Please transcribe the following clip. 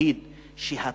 אלא מה?